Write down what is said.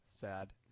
Sad